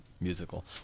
musical